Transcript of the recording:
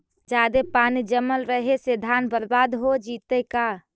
जादे पानी जमल रहे से धान बर्बाद हो जितै का?